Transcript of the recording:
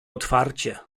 otwarcie